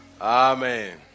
Amen